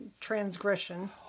transgression